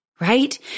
right